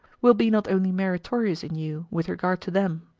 will be not only meritorious in you, with regard to them,